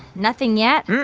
nothing yet?